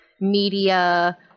media